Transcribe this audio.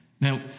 Now